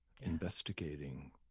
investigating